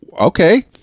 okay